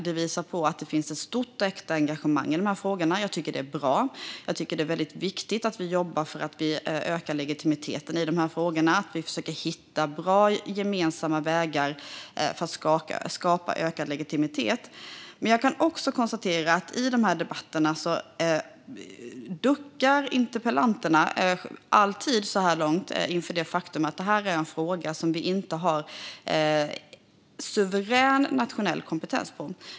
Det visar att det finns ett stort och äkta engagemang i dessa frågor. Jag tycker att det är bra och viktigt att vi jobbar för att öka legitimiteten i dessa frågor och försöker hitta bra gemensamma vägar för att skapa ökad legitimitet. Jag kan också konstatera att interpellanterna i debatterna så här långt alltid duckar inför det faktum att detta är en fråga där vi inte har suverän nationell kompetens.